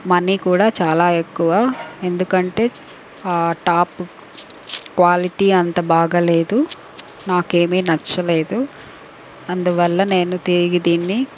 money కూడా చాలా ఎక్కువ ఎందుకంటే ఆ టాప్ క్వాలిటీ అంత బాగాలేదు నాకు ఏమి నచ్చలేదు అందువల్ల నేను తిరిగి దీన్ని